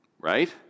right